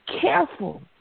careful